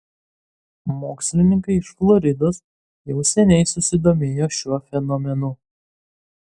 mokslininkai iš floridos jau seniai susidomėjo šiuo fenomenu